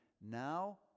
Now